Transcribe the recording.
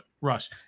rush